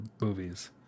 movies